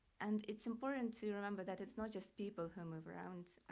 and it's important to remember that it's not just people who move around.